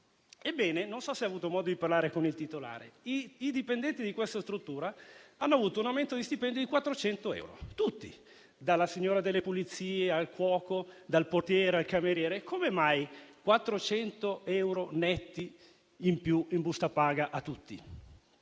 Non so se ha avuto modo di parlare con il titolare, ma i dipendenti di questa struttura hanno avuto un aumento di stipendio di 400 euro, tutti, dalla signora delle pulizie al cuoco, dal portiere al cameriere. Come mai sono stati dati 400 euro netti in più in busta paga a tutti?